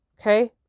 okay